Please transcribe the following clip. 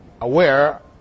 aware